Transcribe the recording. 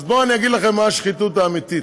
אז בואו אני אגיד לכם מה השחיתות האמיתית.